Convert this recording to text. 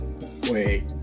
Wait